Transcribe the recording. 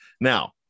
now